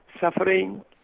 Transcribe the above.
Suffering